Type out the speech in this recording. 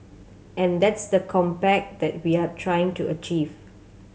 and that's the compact that we're trying to achieve